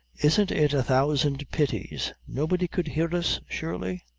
isn't it a thousand pities nobody could hear us, surely?